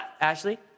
Ashley